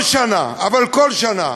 כל שנה, אבל כל שנה,